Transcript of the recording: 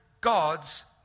God's